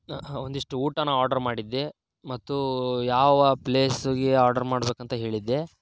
ಒಂದಿಷ್ಟು ಊಟನ ಆರ್ಡರ್ ಮಾಡಿದ್ದೆ ಮತ್ತು ಯಾವ ಪ್ಲೇಸಿಗೆ ಆರ್ಡರ್ ಮಾಡ್ಬೇಕಂತ ಹೇಳಿದ್ದೆ